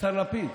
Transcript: השר לפיד,